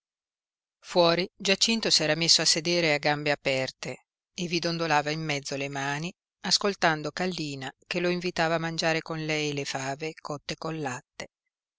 fuori giacinto s'era messo a sedere a gambe aperte e vi dondolava in mezzo le mani ascoltando kallina che lo invitava a mangiare con lei le fave cotte col latte